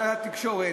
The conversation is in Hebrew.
אמצעי התקשורת,